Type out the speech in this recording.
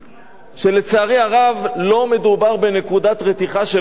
ולצערי הרב, לא מדובר בנקודת רתיחה של מים.